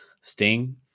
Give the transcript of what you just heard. Sting